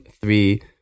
three